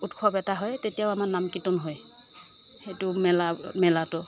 উৎসৱ এটা হয় তেতিয়াও আমাৰ নাম কীৰ্তন হয় সেইটো মেলা মেলাতো